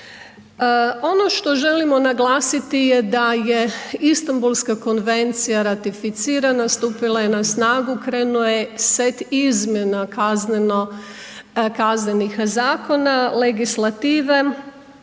Ono što želimo naglasiti je da je Istanbulska konvencija ratificirana, stupila je na snagu, krenuo je set izmjena kaznenih zakona, legislative,